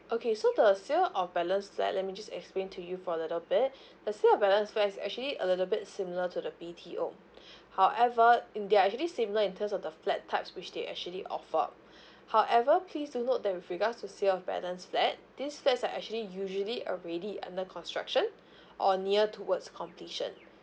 okay so the sale of balance flat let me just explain to you for a little bit the sale of balance flat is actually a little bit similar to the B_T_O however in they are actually similar in terms of the flat types which they actually offer however please do note that with regards to sale of balance flat these flats are actually usually already under construction or near towards completion